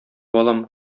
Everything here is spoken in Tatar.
балам